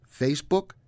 Facebook